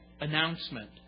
announcement